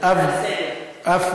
הצעה לסדר-היום.